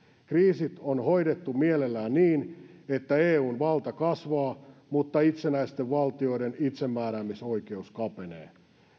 kriisit on hoidettu mielellään niin että eun valta kasvaa mutta itsenäisten valtioiden itsemääräämisoikeus kapenee